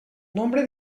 nombre